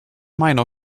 meiner